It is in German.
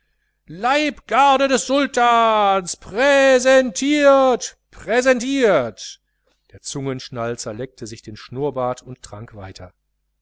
leibgarde des sultans prääääsentiert präääsentiert der zungenschnalzer leckte sich den schnurrbart und trank weiter